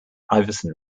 iverson